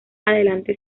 adelante